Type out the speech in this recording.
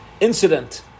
incident